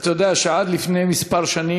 אתה יודע שעד לפני שנים